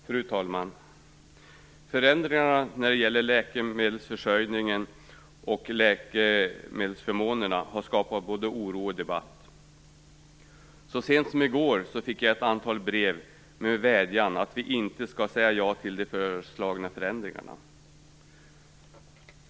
Fru talman! Förändringarna i läkemedelsförsörjningen och läkemedelsförmånerna har skapat både oro och debatt. Så sent som i går fick jag ett antal brev med vädjan om att riksdagen inte skall säga ja till de föreslagna förändringarna.